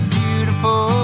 beautiful